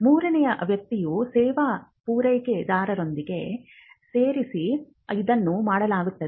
ಮೂರನೇ ವ್ಯಕ್ತಿಯ ಸೇವಾ ಪೂರೈಕೆದಾರರೊಂದಿಗೆ ಸೇರೀಸ್ ಇದನ್ನು ಮಾಡಲಾಗುತ್ತದೆ